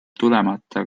tulemata